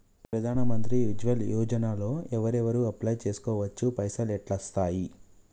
ప్రధాన మంత్రి ఉజ్వల్ యోజన లో ఎవరెవరు అప్లయ్ చేస్కోవచ్చు? పైసల్ ఎట్లస్తయి?